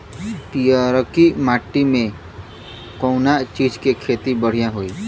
पियरकी माटी मे कउना चीज़ के खेती बढ़ियां होई?